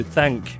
thank